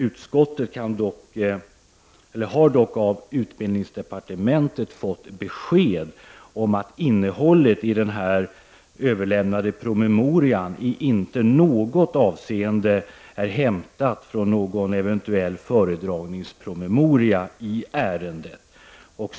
Utskottet har dock fått besked från utbildningsdepartementet om att innehållet i den promemoria som har överlämnats inte i något avseende är hämtat från någon eventuell föredragningspromemoria i ärendet.